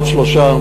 עוד שלושה,